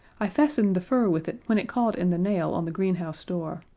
i fastened the fur with it when it caught in the nail on the greenhouse door.